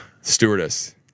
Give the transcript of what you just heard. Stewardess